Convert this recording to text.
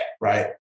right